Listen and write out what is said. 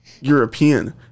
European